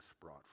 brought